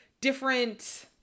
different